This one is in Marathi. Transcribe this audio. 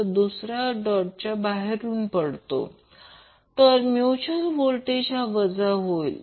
तर दुसरा डॉटचा भाग सोडून जातो तर म्युच्युअल व्होल्टेज हा वजा होईल